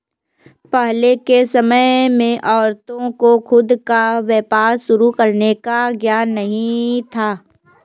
पहले के समय में औरतों को खुद का व्यापार शुरू करने का ज्ञान ही नहीं था